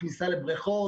איסור כניסה לבריכות,